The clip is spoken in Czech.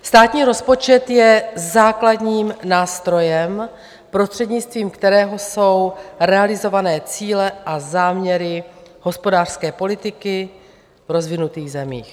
Státní rozpočet je základním nástrojem, prostřednictvím kterého jsou realizované cíle a záměry hospodářské politiky v rozvinutých zemích.